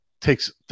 takes